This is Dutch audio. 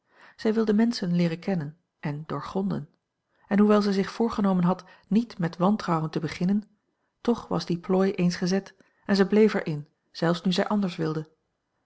zij wilde menschen leeren kennen en doorgronden en hoewel zij zich voorgenomen had niet met wantrouwen te beginnen toch was die plooi eens gezet en zij bleef er in zelfs nu zij anders wilde